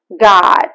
God